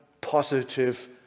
positive